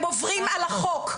הם עוברים על החוק.